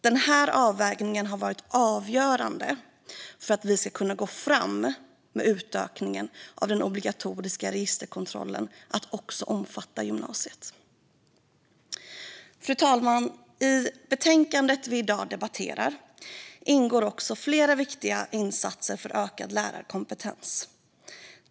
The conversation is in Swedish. Den avvägningen är avgörande för att vi ska kunna gå fram med att den obligatoriska registerkontrollen ska omfatta också gymnasiet. Fru talman! I betänkandet vi i dag debatterar ingår också flera viktiga insatser för ökad lärarkompetens.